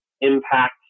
impact